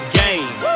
game